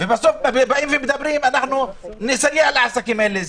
ובסוף באים ומדברים: אנחנו נסייע לעסקים האלה.